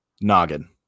noggin